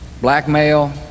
blackmail